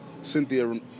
Cynthia